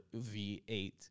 V8